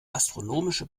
astronomische